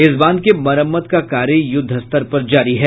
इस बांध के मरम्मत का कार्य युद्धस्तर पर जारी है